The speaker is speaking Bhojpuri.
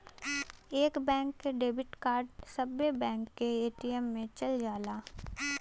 एक बैंक के डेबिट कार्ड सब्बे बैंक के ए.टी.एम मे चल जाला